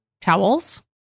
towels